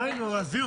די נו עזבי,